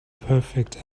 perfect